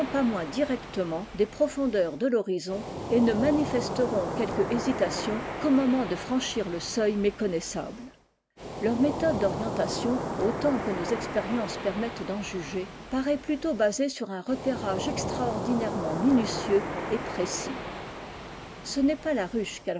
pas moins directement des profondeurs de thorizon et ne manifesteront quelque hésitation qu'au moment de franchir le seuil méconnaissable leur méthode d'orientation autant que nos expériences permettent d'en juger paraît plutôt basée sur un repérage extraordinairement minutieux et précis ce n'est pas la ruche